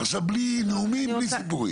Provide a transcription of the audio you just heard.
בלי נאומים ובלי סיפורים.